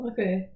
Okay